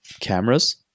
cameras